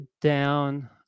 down